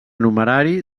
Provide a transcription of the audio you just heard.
numerari